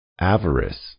avarice